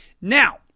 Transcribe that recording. Now